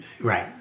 Right